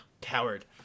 coward